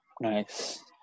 Nice